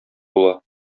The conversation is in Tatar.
була